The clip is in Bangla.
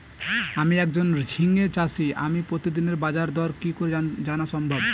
আমি একজন ঝিঙে চাষী আমি প্রতিদিনের বাজারদর কি করে জানা সম্ভব?